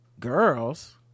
girls